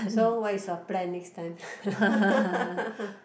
so what is your plan next time